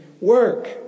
work